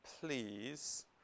Please